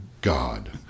God